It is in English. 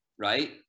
Right